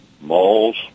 Malls